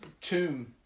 tomb